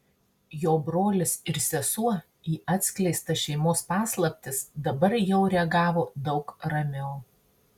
jo brolis ir sesuo į atskleistas šeimos paslaptis dabar jau reagavo daug ramiau